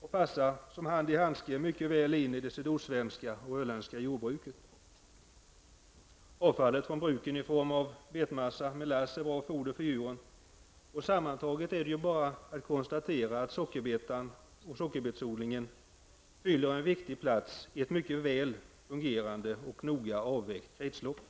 Den passar som hand i handske i det sydostsvenska och öländska jordbruket. Avfallet från bruket i form av betmassa, melass, är bra foder för djuren. Sammantaget är det bara att konstatera att sockerbetsodlingen fyller en viktig funktion i ett mycket väl fungerande och noga avvägt kretslopp.